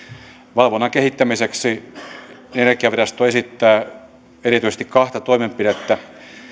valvonnan kehittämiseksi energiavirasto esittää erityisesti kahta toimenpidettä